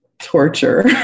Torture